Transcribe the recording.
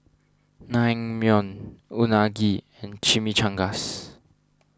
Naengmyeon Unagi and Chimichangas